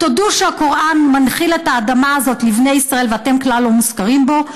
תודו שהקוראן מנחיל את האדמה לבני ישראל ואתם כלל לא מוזכרים בו,